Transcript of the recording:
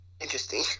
interesting